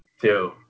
two